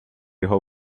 його